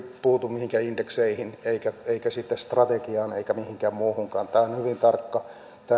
puutu mihinkään indekseihin eikä eikä strategiaan eikä mihinkään muuhunkaan tämä tehtävänkuvaus on hyvin tarkka